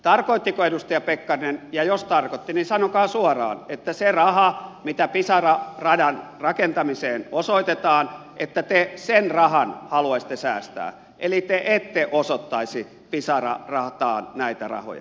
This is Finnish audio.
tarkoittiko edustaja pekkarinen ja jos tarkoitti niin sanokaa suoraan että sen rahan mitä pisara radan rakentamiseen osoitetaan te haluaisitte säästää eli te ette osoittaisi pisara rataan näitä rahoja